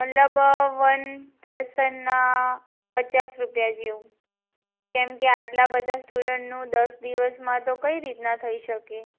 મતલબ વન પર્સનના પચાસ રૂપિયા જેવું કેમકે આટલા બધા સ્ટુડન્ટનું દસ દિવસમાં તો કઈ રીતનાં થઈ શકે